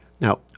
Now